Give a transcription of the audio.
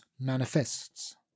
manifests